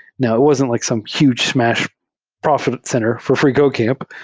now, wasn't like some huge smash profit center for freecodecamp,